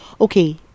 okay